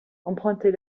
empruntez